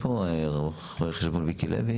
האם רו"ח חשבון ויקי לוי